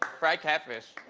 fried catfish.